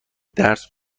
درس